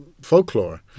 folklore